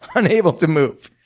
unable to move.